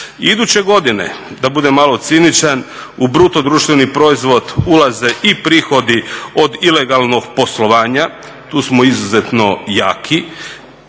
Iduće godine, da budem malo ciničan, u BDP ulaze i prihodi od ilegalnog poslovanja, tu smo izuzetno jaki